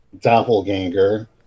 doppelganger